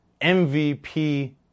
MVP